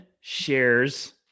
shares